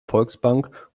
volksbank